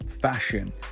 fashion